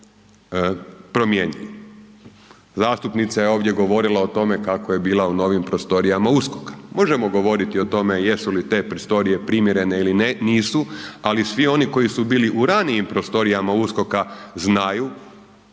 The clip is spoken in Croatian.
Zastupnica je ovdje govorila o tome kako je bila u novim prostorijama USKOK-a, možemo govoriti o tome jesu li te prostorije primjerene ili ne, nisu, ali svi oni koji su bili u ranijim prostorijama USKOK-a, znaju